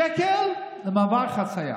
שקל למעבר חצייה.